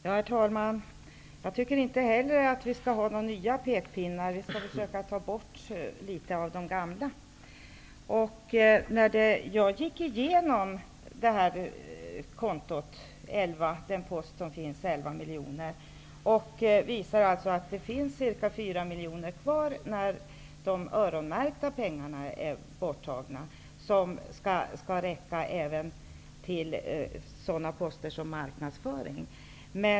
Herr talman! Jag tycker inte heller att vi skall ha några nya pekpinnar. Vi skall i stället försöka ta bort litet av de gamla. Av dessa 11 miljoner finns det kvar ca 4 miljoner när man har räknat bort de öronmärkta pengarna. Dessa pengar skall även räcka till sådant som marknadsföring.